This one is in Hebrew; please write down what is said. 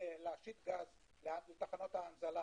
להשית גז לתחנות ההנזלה